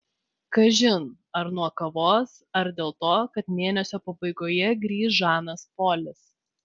kažin ar nuo kavos ar dėl to kad mėnesio pabaigoje grįš žanas polis